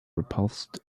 repulsed